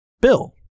bill